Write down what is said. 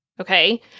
Okay